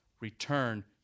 return